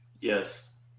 Yes